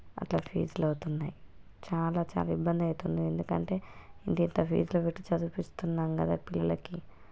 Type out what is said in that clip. అలా ఫీజులు అవుతున్నాయి చాలా చాలా ఇబ్బంది అవుతుంది ఎందుకంటే ఇంత ఇంత ఫీజులు పెట్టి చదివిస్తున్నాము కదా పిల్లలకి